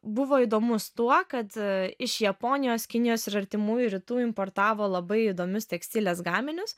buvo įdomus tuo kad iš japonijos kinijos ir artimųjų rytų importavo labai įdomius tekstilės gaminius